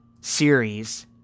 Series